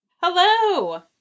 Hello